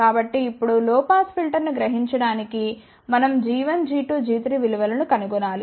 కాబట్టిఇప్పుడు low pass ఫిల్టర్ను గ్రహించడానికి మనం g1g2g3 విలువలను కనుగొనాలి